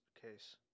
case